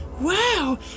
Wow